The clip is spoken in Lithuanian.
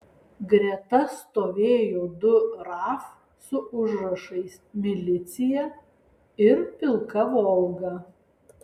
greta stovėjo du raf su užrašais milicija ir pilka volga